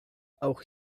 auch